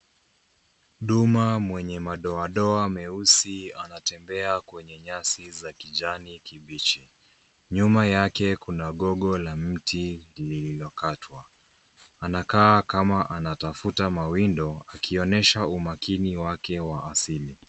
Duma mwenye madoadoa meusi anatembea kwenye nyazi za kijani kibichi. Nyuma yake kuna gogo la mti lililokatwa. Anakaa kama anatafuta mawindo akionyesha umakini wake wa asili.